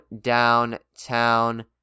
downtown